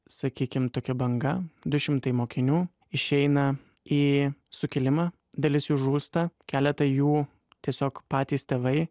sakykim tokia banga du šimtai mokinių išeina į sukilimą dalis jų žūsta keletą jų tiesiog patys tėvai